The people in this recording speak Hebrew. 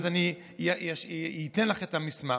אני אתן לך את המסמך,